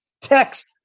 text